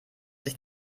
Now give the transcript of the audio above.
sich